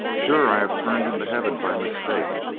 sure, i have turned into heaven by mistake.